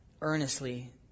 earnestly